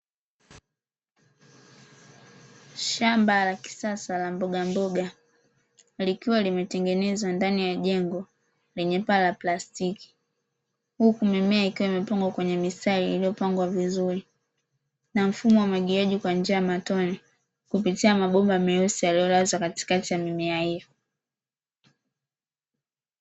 Shamba la kisasa la mbogamboga likiwa limetengenezwa ndani ya jengo lenye paa la plastiki huku mimea ikiwa imepangwa kwenye mistari iliyopangwa vizuri na mfumo wa umwagiliaji kwa njia ya matone kupitia mabomba meusi yaliyolazwa katikati ya mimea hiyo.